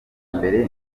mbere